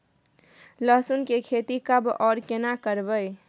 लहसुन की खेती कब आर केना करबै?